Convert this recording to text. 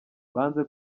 banze